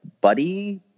buddy